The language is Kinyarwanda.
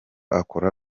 akora